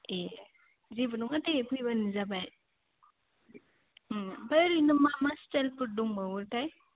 ए जेबो नङा दे फैबानो जाबाय ओमफ्राय ओरैनो मा मा स्टाइलफोर दंबावोथाय